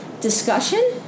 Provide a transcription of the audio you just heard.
discussion